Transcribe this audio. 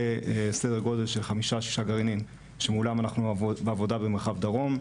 כסדר גודל של חמישה-שישה גרעינים שמולם אנחנו בעבודה במרחב דרום,